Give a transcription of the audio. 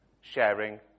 sharing